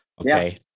Okay